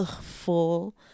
full